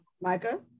micah